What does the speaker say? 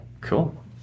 Cool